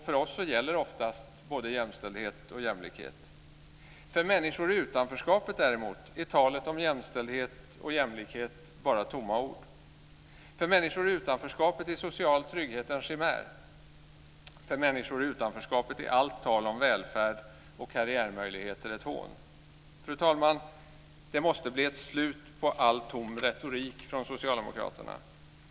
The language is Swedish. För oss gäller oftast både jämställdhet och jämlikhet. För människor i utanförskapet däremot är talet om jämställdhet och jämlikhet bara tomma ord. För människor i utanförskapet är social trygghet en chimär. För människor i utanförskapet är allt tal om välfärd och karriärmöjligheter ett hån. Fru talman! Det måste bli ett slut på all tom retorik från Socialdemokraterna.